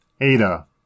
Ada